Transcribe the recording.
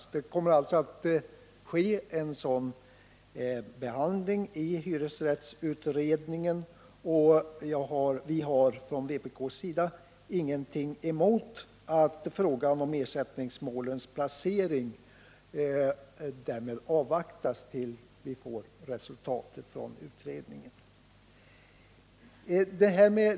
Problemet kommer alltså att behandlas av hyresrättsutredningen, och vi har från vpk:s sida ingenting emot att frågan om var ersättningsmålen skall handläggas får anstå tills utredningens resultat föreligger.